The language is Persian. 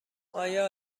آیا